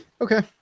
Okay